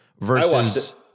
versus